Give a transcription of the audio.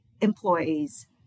employees